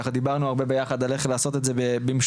ככה דיברנו הרבה ביחד על איך לעשות את זה במשותף,